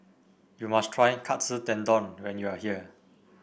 you must try Katsu Tendon when you are here